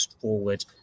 forward